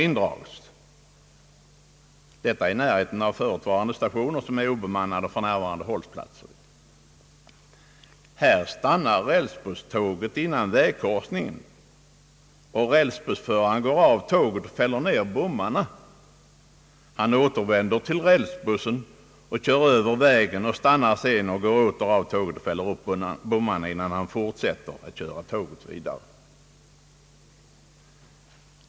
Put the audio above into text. Dessa korsningar ligger i närheten av obemannade stationer, som för närvarande fungerar som hållplatser. Rälsbusståget stannar före vägkorsningen, rälsbussföraren går av tåget och fäller ned bommarna, återvänder till rälsbussen och kör över vägen. Han stannar sedan och går åter av tåget för att fälla upp bommarna innan tåget kan köras vidare.